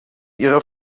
ihrer